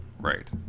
right